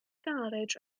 garej